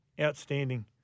Outstanding